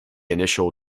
initial